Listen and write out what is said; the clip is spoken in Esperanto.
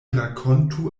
rakontu